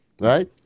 right